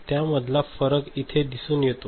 त्यामधला फरक इथे दिसून येतो